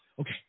okay